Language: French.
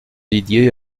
didier